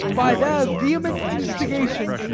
by their vehement instigation,